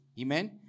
Amen